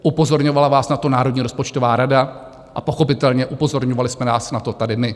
Upozorňovala vás na to Národní rozpočtová rada a pochopitelně upozorňovali jsme nás na to tady my.